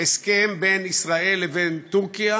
הסכם בין ישראל לבין טורקיה